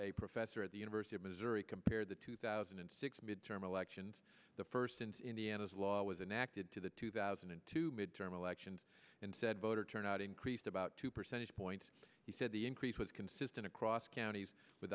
a professor at the university of missouri compared the two thousand and six midterm elections the first since indiana's law was enacted to the two thousand and two midterm elections and said voter turnout increased about two percentage points he said the increase was consistent across counties with